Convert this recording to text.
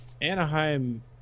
Anaheim